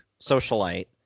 socialite